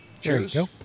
cheers